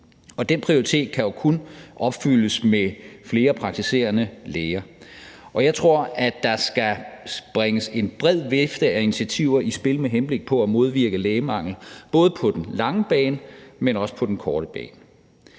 Den prioritet kan jo kun opfyldes med flere praktiserende læger. Jeg tror, at der skal bringes en bred vifte af initiativer i spil med henblik på at modvirke lægemangel, både på den lange bane, men også på den korte bane.